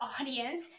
audience